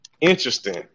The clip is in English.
interesting